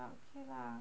okay lah